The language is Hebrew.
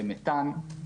מתאן.